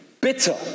bitter